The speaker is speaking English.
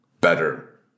better